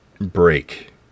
break